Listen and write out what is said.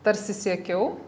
tarsi siekiau